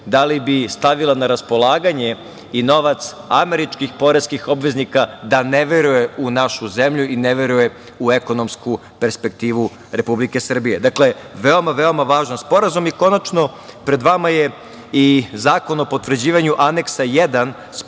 da li bi stavila na raspolaganje i novac američkih poreskih obveznika da ne veruje u našu zemlju i ne veruje u ekonomsku perspektivu Republike Srbije. Dakle, veoma, veoma važan sporazum. Konačno, pred vama je i Zakon o potvrđivanju Aneksa 1 Sporazuma